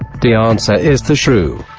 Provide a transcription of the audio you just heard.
the ah answer is the shrew.